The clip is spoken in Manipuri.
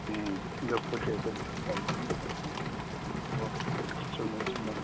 ꯎꯝ ꯑꯗꯣ ꯄꯣꯠ ꯆꯩꯗꯣ ꯆꯨꯝꯃꯦ ꯆꯨꯝꯃꯦ